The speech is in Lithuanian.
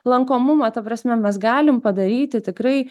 lankomumą ta prasme mes galim padaryti tikrai